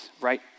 right